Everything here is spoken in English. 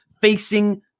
facing